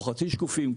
או חצי שקופים.